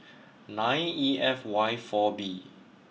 nine E F Y four B